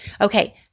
Okay